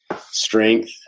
strength